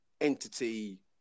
entity